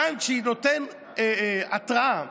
בנק שנותן התראה,